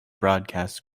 broadcast